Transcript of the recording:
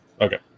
Okay